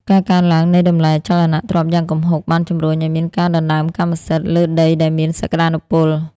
ការកើនឡើងនៃតម្លៃអចលនទ្រព្យយ៉ាងគំហុក បានជំរុញឱ្យមានការដណ្ដើមកម្មសិទ្ធិលើដីដែលមានសក្ដានុពល។